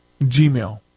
Gmail